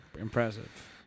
impressive